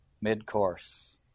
Mid-course